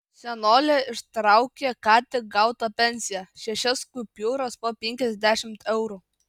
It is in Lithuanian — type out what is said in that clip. senolė ištraukė ką tik gautą pensiją šešias kupiūras po penkiasdešimt eurų